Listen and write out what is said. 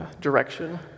direction